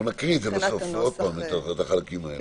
אנחנו נקרא בסוף שוב את החלקים האלה.